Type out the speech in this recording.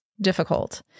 difficult